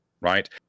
right